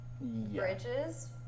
bridges